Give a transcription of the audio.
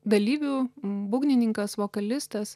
dalyvių būgnininkas vokalistas